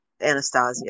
Anastasia